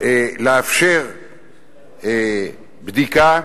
לאפשר בדיקה,